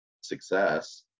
success